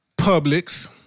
Publix